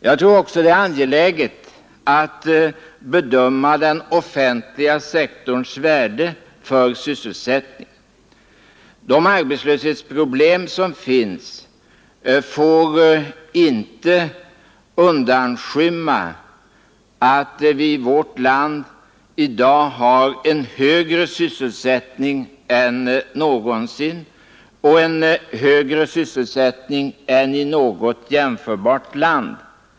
Jag tror att det också är angeläget att betona den offentliga sektorns värde för sysselsättningen. De arbetslöshetsproblem som finns får inte undanskymma att vi i vårt land i dag har en högre sysselsättning än någonsin, och en högre sysselsättning än i något jämförbart land.